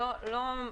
ודאי.